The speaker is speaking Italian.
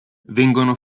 vengono